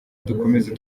dukomeze